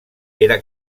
era